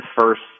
first